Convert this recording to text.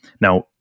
Now